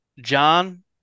John